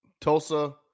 Tulsa